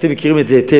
אתם מכירים את זה היטב,